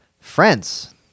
friends